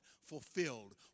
fulfilled